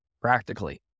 Practically